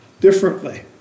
differently